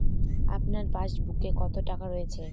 আপনার পাসবুকে কত টাকা রয়েছে?